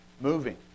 Moving